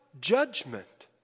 judgment